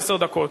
עשר דקות.